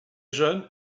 jeune